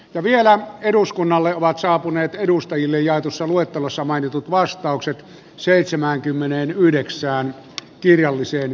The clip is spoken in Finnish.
ja vielä eduskunnalle ovat saapuneet edustajille jaetussa luettelossa mainitut vastaukset seitsemäänkymmeneenyhdeksään kirjallisen